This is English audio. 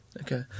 Okay